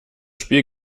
spiel